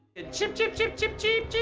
cheep, cheep, cheep, cheep, cheep, cheep,